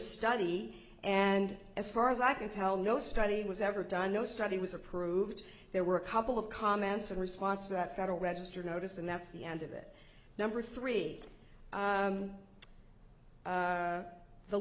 study and as far as i can tell no study was ever done no study was approved there were a couple of comments in response to that federal register notice and that's the end of it number three